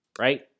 right